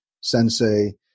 Sensei